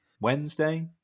Wednesday